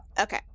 Okay